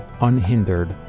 unhindered